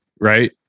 right